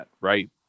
right